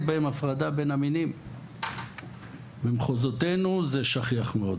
בהם הפרדה בין המינים - במחוזותינו זה שכיח מאוד